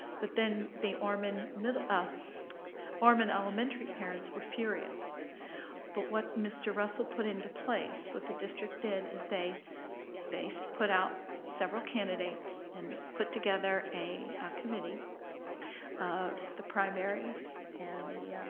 but then the orman middle, or orman elementary parents were furious but what mr. russell put into place what the district did is they they so put out several candidates and put together a committee of the primaries and the,